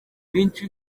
benshi